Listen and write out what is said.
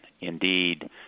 Indeed